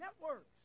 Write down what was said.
networks